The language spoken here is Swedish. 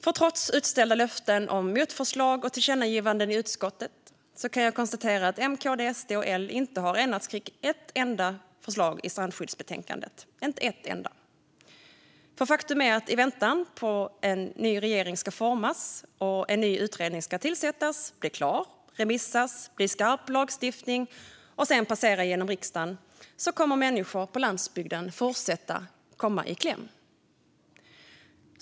För trots utställda löften om motförslag och tillkännagivanden i utskottet kan jag konstatera att M, KD, SD och L inte har enats kring ett enda förslag i strandskyddsbetänkandet. Faktum är att i väntan på att en ny regering ska formas och en ny utredning tillsättas, bli klar, remissbehandlas, bli skarp lagstiftning och sedan passera genom riksdagen kommer människor på landsbygden att fortsätta att komma i kläm.